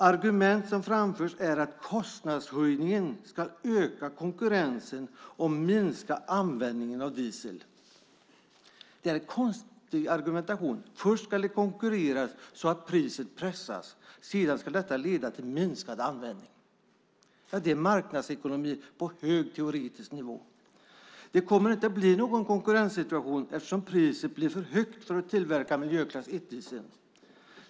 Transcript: Argument som framförs är att kostnadshöjningen ska öka konkurrensen och minska användningen av diesel. Det är en konstig argumentation. Först ska det konkurreras så att priset pressas. Sedan ska detta leda till minskad användning. Det är marknadsekonomi på hög teoretisk nivå. Det kommer inte att bli någon konkurrenssituation eftersom priset blir för högt för att tillverka miljöklass 1-diesel.